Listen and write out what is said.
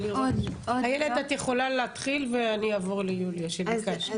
איילת את יכולה להתחיל ואני אעבור ליוליה שביקשת.